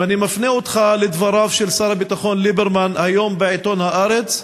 ואני מפנה אותך לדבריו של שר הביטחון ליברמן היום בעיתון "הארץ",